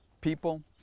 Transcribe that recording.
people